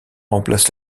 remplace